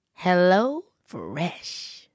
HelloFresh